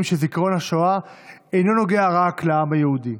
שזיכרון השואה אינו נוגע רק לעם היהודי.